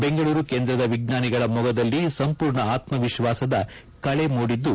ಬೆಂಗಳೂರು ಕೇಂದ್ರದ ವಿಜ್ವಾನಿಗಳ ಮೊಗದಲ್ಲಿ ಸಂಪೂರ್ಣ ಆತ್ಮ ವಿಶ್ವಾಸದ ಕಳೆ ಮೂಡಿದ್ದು